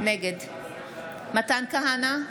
נגד מתן כהנא,